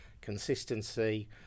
consistency